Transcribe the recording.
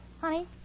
honey